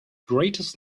greatest